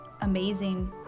amazing